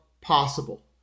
possible